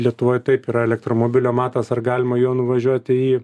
lietuvoj taip yra elektromobilio matas ar galima juo nuvažiuoti į